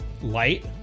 light